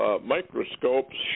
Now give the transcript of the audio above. microscopes